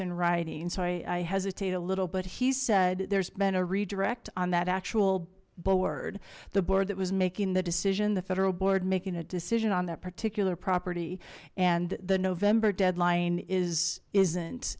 in writing so i hesitate a little but he said there's been a redirect on that actual board the board that was making the decision the federal board making a decision on that particular property and the november deadline is isn't